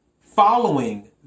Following